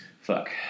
Fuck